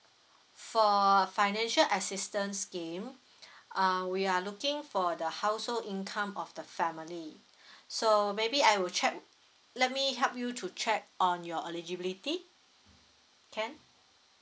for financial assistance scheme uh we are looking for the household income of the family so maybe I will check let me help you to check on your eligibility can